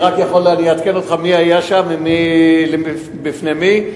אני אעדכן אותך מי היה שם ובפני מי,